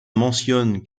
mentionne